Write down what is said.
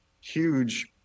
huge